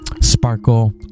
Sparkle